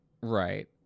Right